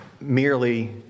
merely